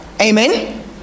Amen